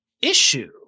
Issue